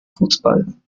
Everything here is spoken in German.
fußball